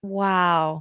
wow